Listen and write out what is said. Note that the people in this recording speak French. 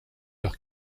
leur